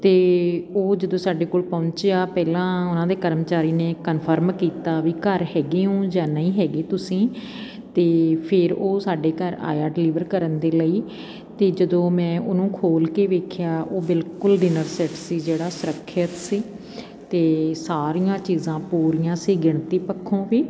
ਅਤੇ ਉਹ ਜਦੋਂ ਸਾਡੇ ਕੋਲ ਪਹੁੰਚਿਆ ਪਹਿਲਾਂ ਉਨ੍ਹਾਂ ਦੇ ਕਰਮਚਾਰੀ ਨੇ ਕਨਫਰਮ ਕੀਤਾ ਵੀ ਘਰ ਹੈਗੇ ਹੋ ਜਾਂ ਨਹੀਂ ਹੈਗੇ ਤੁਸੀਂ ਅਤੇ ਫਿਰ ਉਹ ਸਾਡੇ ਘਰ ਆਇਆ ਡਿਲੀਵਰ ਕਰਨ ਦੇ ਲਈ ਅਤੇ ਜਦੋਂ ਮੈਂ ਉਹਨੂੰ ਖੋਲ੍ਹ ਕੇ ਵੇਖਿਆ ਉਹ ਬਿਲਕੁਲ ਡਿਨਰ ਸੈੱਟ ਸੀ ਜਿਹੜਾ ਸੁਰੱਖਿਅਤ ਸੀ ਅਤੇ ਸਾਰੀਆਂ ਚੀਜ਼ਾਂ ਪੂਰੀਆਂ ਸੀ ਗਿਣਤੀ ਪੱਖੋਂ ਵੀ